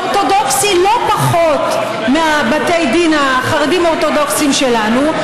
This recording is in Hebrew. אורתודוקסי לא פחות מבתי הדין החרדים אורתודוקסיים שלנו,